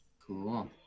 Cool